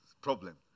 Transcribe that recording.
problem